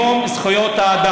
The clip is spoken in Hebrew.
אנחנו היום ביום זכויות האדם.